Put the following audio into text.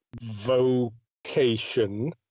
vocation